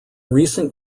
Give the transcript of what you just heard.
recent